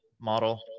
model